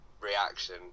reaction